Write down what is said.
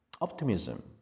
optimism